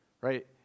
right